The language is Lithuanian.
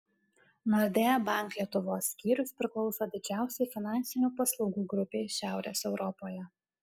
nordea bank lietuvos skyrius priklauso didžiausiai finansinių paslaugų grupei šiaurės europoje